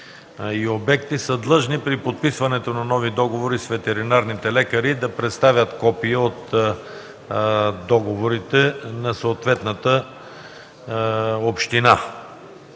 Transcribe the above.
и обекти са длъжни при подписването на нови договори с ветеринарните лекари да представят копие от договорите на съответната община.